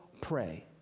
pray